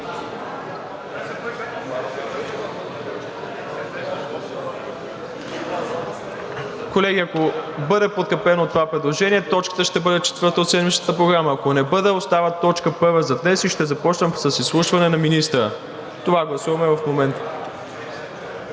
Колеги, ако бъде подкрепено това предложение, точката ще бъде четвърта от седмичната Програма. Ако не бъде, остава точка първа за днес и ще започнем с изслушване на министъра. Това гласуваме в момента.